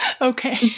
Okay